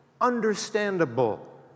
understandable